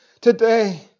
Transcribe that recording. today